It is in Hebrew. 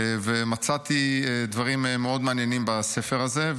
מצאתי דברים מאוד מעניינים בספר הזה,